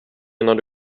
innan